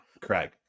Craig